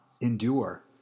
endure